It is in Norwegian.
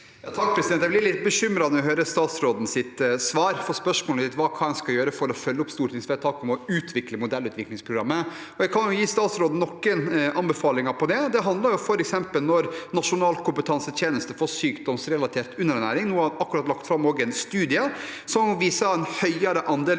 (H) Jeg blir litt be- kymret når jeg hører statsrådens svar, for spørsmålet var hva en skal gjøre for å følge opp stortingsvedtaket om å utvikle modellutviklingsprogrammet. Jeg kan gi statsråden noen anbefalinger der. Det handler f.eks. om Nasjonal kompetansetjeneste for sykdomsrelatert underernæring. Det er akkurat lagt fram en studie som viser en høyere andel